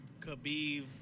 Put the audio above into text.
Khabib